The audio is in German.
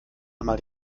einmal